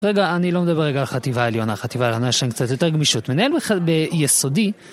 רגע, אני לא מדבר רגע על חטיבה עליונה, חטיבה עליונה יש להן קצת יותר גמישות, מנהל אחד ביסודי.